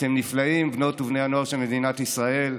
אתם נפלאים, בנות ובני הנוער של מדינת ישראל.